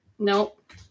Nope